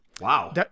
Wow